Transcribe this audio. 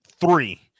three